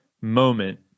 moment